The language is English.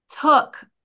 took